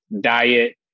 diet